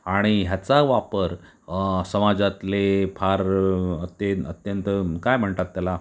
आणि ह्याचा वापर समाजातले फार ते अत्यंत काय म्हणतात त्याला